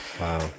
Wow